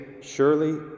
surely